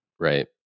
Right